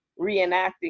reenacting